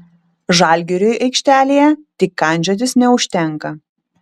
žalgiriui aikštelėje tik kandžiotis neužtenka